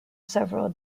several